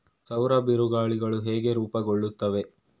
ಸೌರ ಬಿರುಗಾಳಿಗಳು ಹೇಗೆ ರೂಪುಗೊಳ್ಳುತ್ತವೆ?